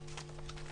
מה ב-(2).